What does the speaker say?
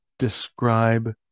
describe